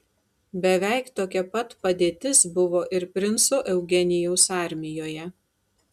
beveik tokia pat padėtis buvo ir princo eugenijaus armijoje